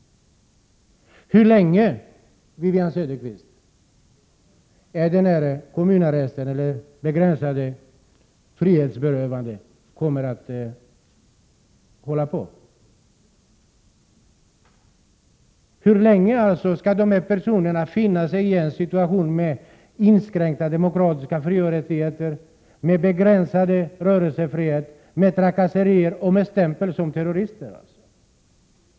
Hur länge kommer kommunarresten eller det begränsade frihetsberövandet att pågå? Hur länge skall de här personerna alltså finna sig i en situation med inskränkta demokratiska frioch rättigheter, med begränsad rörelsefrihet, trakasserier och stämpel som terrorist?